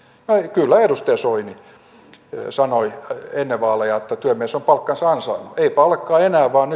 kyllä edustaja soini sanoi ennen vaaleja että työmies on palkkansa ansainnut eipä olekaan enää vaan